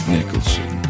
Nicholson